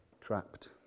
trapped